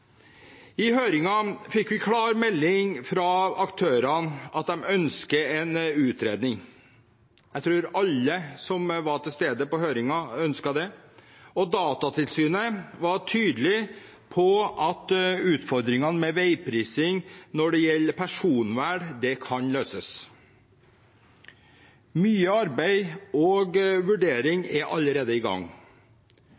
I høringen fikk vi klar melding fra aktørene om at de ønsker en utredning. Jeg tror alle som var til stede på høringen, ønsket det, og Datatilsynet var tydelig på at utfordringene med veiprising når det gjelder personvern, kan løses. Mye arbeid og